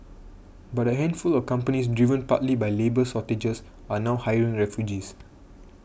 but a handful of companies driven partly by labour shortages are now hiring refugees